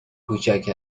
کوچک